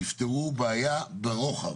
יפתרו בעיה לרוחב.